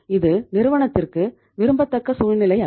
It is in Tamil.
இது நிறுவனத்திற்கு விரும்பத்தக்க சூழ்நிலை அல்ல